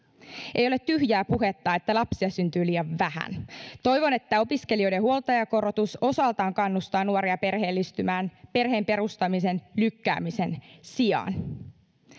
ei ole tyhjää puhetta että lapsia syntyy liian vähän toivon että opiskelijoiden huoltajakorotus osaltaan kannustaa nuoria perheellistymään perheen perustamisen lykkäämisen sijaan